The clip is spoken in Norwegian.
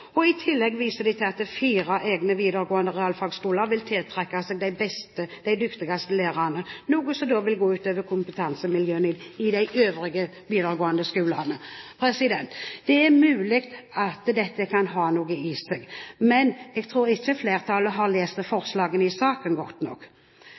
I tillegg viser de til at fire egne videregående realfagskoler vil tiltrekke seg de dyktigste lærerne, noe som da vil gå ut over kompetansemiljøene i de øvrige videregående skolene. Det er mulig at dette kan ha noe for seg, men jeg tror ikke flertallet har lest